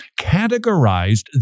categorized